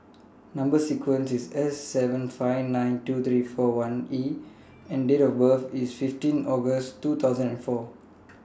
Number sequence IS S seven five nine two three four one E and Date of birth IS fifteen August two thousand and four